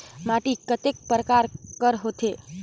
माटी कतेक परकार कर होथे?